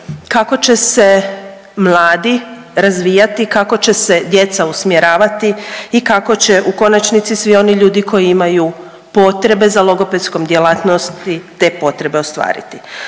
kako će se mladi razvijati, kako će se djeca usmjeravati i kako će u konačnici svi oni ljudi koji imaju potrebe za logopedskom djelatnosti te potrebe ostvariti.